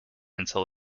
until